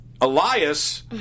Elias